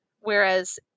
Whereas